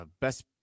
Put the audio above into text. best